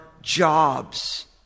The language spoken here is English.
jobs